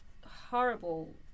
horrible